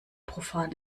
profan